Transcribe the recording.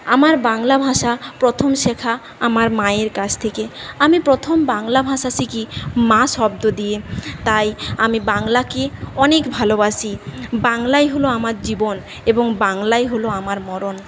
আমার বাংলা ভাষা প্রথম শেখা আমার মায়ের কাছ থেকে আমি প্রথম বাংলা ভাষা শিখি মা শব্দ দিয়ে তাই আমি বাংলাকে অনেক ভালোবাসি বাংলাই হল আমার জীবন এবং বাংলাই হল আমার মরণ